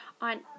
on